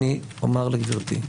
אומר לגברתי: